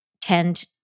tend